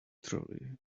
trolley